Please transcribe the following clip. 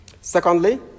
Secondly